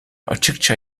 açıkça